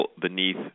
beneath